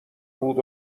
بود